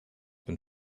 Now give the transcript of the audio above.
been